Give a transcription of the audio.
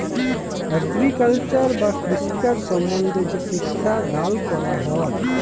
agriculture বা কৃষিকাজ সম্বন্ধে যে শিক্ষা দাল ক্যরা হ্যয়